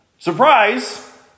Surprise